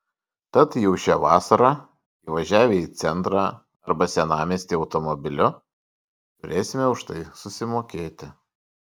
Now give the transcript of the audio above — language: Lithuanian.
tad jau šią vasarą įvažiavę į centrą arba senamiestį automobiliu turėsime už tai susimokėti